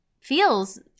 feels